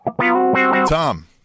Tom